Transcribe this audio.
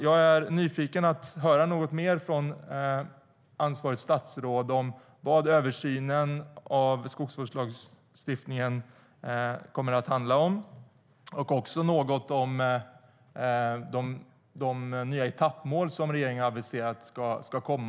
Jag är nyfiken på att höra något mer från ansvarigt statsråd om vad översynen av skogsvårdslagstiftningen kommer att handla om och också om de nya etappmål som regeringen har aviserat.